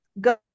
Go